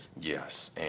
Yes